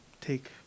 take